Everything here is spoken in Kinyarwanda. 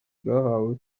bwahawe